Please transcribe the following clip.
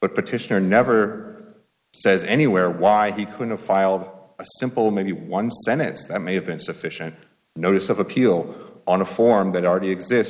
but petitioner never says anywhere why he couldn't a file of a simple maybe one senator that may have been sufficient notice of appeal on a form that already exist